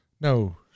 No